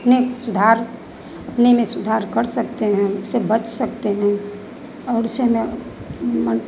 अपने सुधार अपने में सुधार कर सकते हैं उससे बच सकते हैं और उस में मन